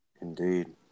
Indeed